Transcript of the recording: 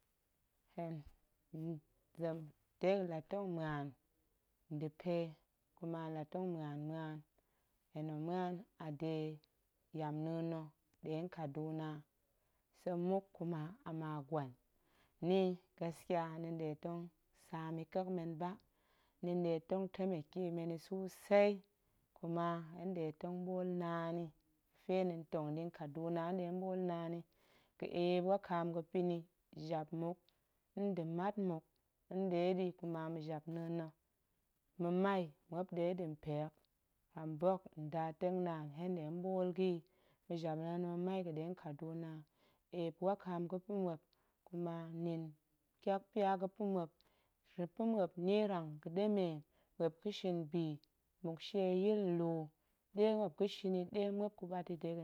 ʜen zem dega̱ la tong muan nda̱ pe, kuma hen la tong muan muan, hen tong muan a de yamna̱a̱n na̱ nɗe kaduna, tsem muk kuma a magwen, ni gaskiya ni nɗe tong sam yi ƙek men ba, ni nɗe tong temeke men yi sosai, kuma hen nɗe tong ɓoolnaan yi, fe ni ntong kaduna, hen nɗe tong ɓoolnaan yi ga̱ eep wakaam ga̱pa̱ ni, jap muk nda̱ mat muk nɗeɗi kuma a ma̱japna̱a̱n na̱, ma̱mai muop nɗeɗi mpe hok kambok ndatengnaan hen nɗe tong ɓool ga̱ yi, ma̱japna̱a̱n ɴa̱ ma̱ᴍai ᴍa̱ɗe nkaduna eep wakaam ga̱pa̱ muop kuma nin tyakpya ga̱pa̱ muop, ga̱pa̱ muop nierang ga̱ɗemen muop ga̱shin bi mmuk shieyi nlu, ɗe muop ga̱shin yi ɗe muop ga̱ɓat yi dega̱.